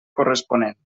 corresponent